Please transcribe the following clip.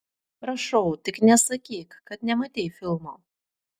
prašau tik nesakyk kad nematei filmo